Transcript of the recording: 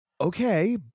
okay